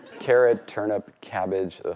carrot, turnip, cabbage.